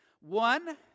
One